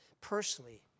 personally